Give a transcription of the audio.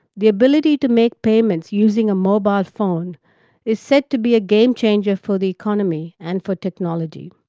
the ability to make payments using a mobile phone is set to be a game changer for the economy and for technology.